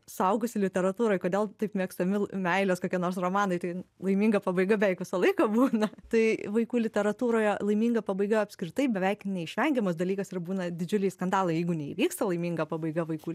suaugusių literatūroj kodėl taip mėgstami meilės kokie nors romanai tai laiminga pabaiga beveik visą laiką būna tai vaikų literatūroje laiminga pabaiga apskritai beveik neišvengiamas dalykas ir būna didžiuliai skandalai jeigu neįvyksta laiminga pabaiga vaikų